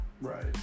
Right